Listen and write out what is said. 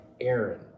Aaron